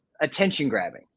attention-grabbing